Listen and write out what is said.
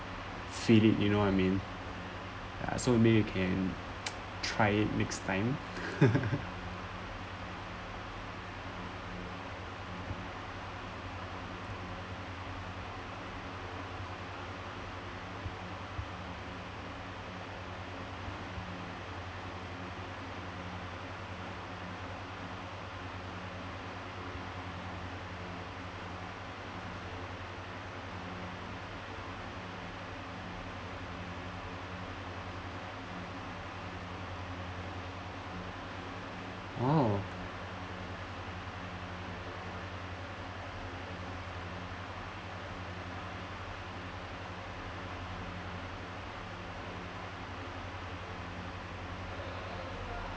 feel it you know what I mean ya so may you can try it next time oh